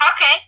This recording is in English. Okay